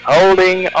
holding